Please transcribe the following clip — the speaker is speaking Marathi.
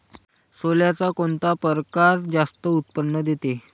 सोल्याचा कोनता परकार जास्त उत्पन्न देते?